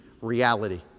reality